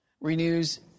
renews